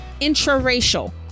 intraracial